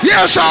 Yes